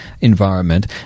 environment